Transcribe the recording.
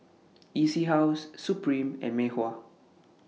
E C House Supreme and Mei Hua